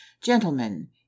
gentlemen